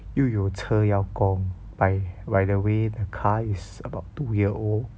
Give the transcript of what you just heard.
又有车要公 !hais! by the way the car is about two year old